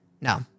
No